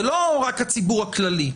זה לא רק הציבור הכללי.